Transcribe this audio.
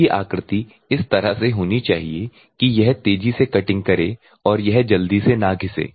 आपकी आकृति इस तरह से होनी चाहिए कि यह तेजी से कटिंग करे और यह जल्दी से ना घिसे